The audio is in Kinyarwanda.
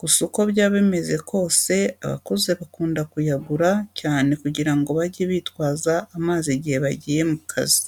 Gusa uko byaba bimeze kose abakozi bakunda kuyagura cyane kugira ngo bajye bitwaza amazi igihe bagiye mu kazi.